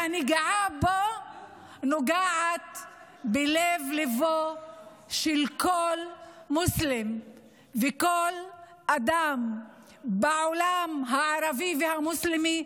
והנגיעה בו נוגעת בלב-ליבו של כל מוסלמי וכל אדם בעולם הערבי והמוסלמי.